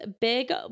big